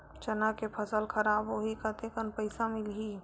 चना के फसल खराब होही कतेकन पईसा मिलही?